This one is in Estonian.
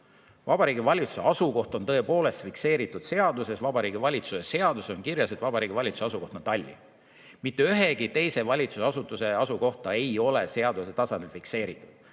Vabariigi Valitsuse asukoht on tõepoolest fikseeritud seaduses. Vabariigi Valitsuse seaduses on kirjas, et Vabariigi Valitsuse asukoht on Tallinn. Mitte ühegi teise valitsusasutuse asukohta ei ole seaduse tasandil fikseeritud,